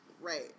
Right